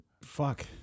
Fuck